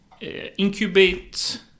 incubate